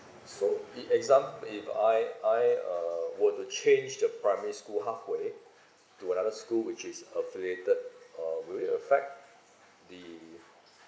so if exam~ if I I uh were to change the primary school halfway to another school which is affiliated uh will it affect the